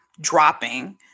dropping